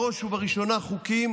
בראש ובראשונה חוקים